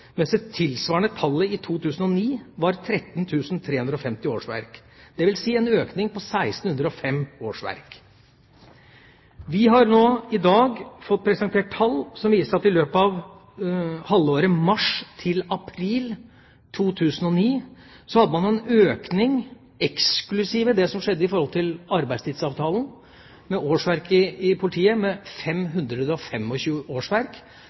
mens det tilsvarende tallet i 2009 var 13 350 årsverk, dvs. en økning på 1 605 årsverk. Vi har i dag fått presentert tall som viser at det i et halvår i løpet av 2009 var en økning, eksklusiv det som skjedde i tilknytning til arbeidstidsavtalen, i antall årsverk i politiet – med 525 årsverk fordelt på politidistriktene. Det er halvveis i